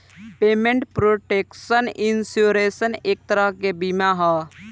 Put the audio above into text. payment protection insurance एक तरह के बीमा ह